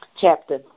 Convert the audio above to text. chapter